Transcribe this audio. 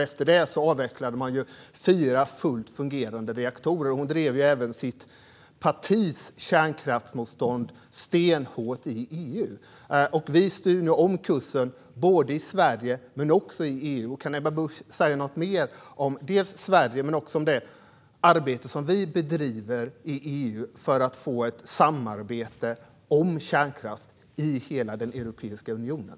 Efter det avvecklade man ju fyra fullt fungerande reaktorer. Hon drev även sitt partis kärnkraftsmotstånd stenhårt i EU. Vi styr nu om kursen både i Sverige och i EU. Kan Ebba Busch säga någonting mer om Sverige men också om det arbete som vi bedriver i EU för att få ett samarbete om kärnkraft i hela Europeiska unionen?